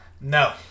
No